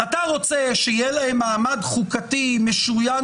אתה רוצה שיהיה להם מעמד חוקתי משוריין